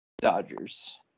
Dodgers